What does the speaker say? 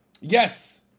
Yes